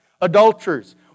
adulterers